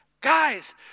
Guys